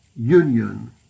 union